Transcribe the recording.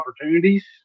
opportunities